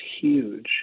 huge